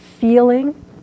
Feeling